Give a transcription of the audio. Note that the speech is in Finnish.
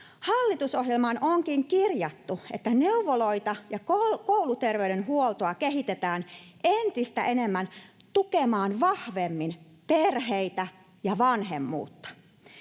Hallitusohjelmaan onkin kirjattu, että neuvoloita ja kouluterveydenhuoltoa kehitetään entistä enemmän tukemaan vahvemmin perheitä ja vanhemmuutta.